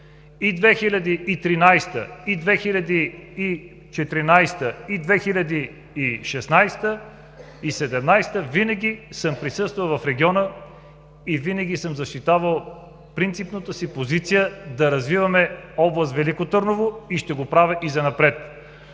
и 2014-та, и 2016-та, и 2017-та година винаги съм присъствал в региона и винаги съм защитавал принципната си позиция да развиваме област Велико Търново, ще го правя и занапред.